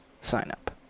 sign-up